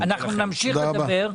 אנחנו נמשיך לדבר.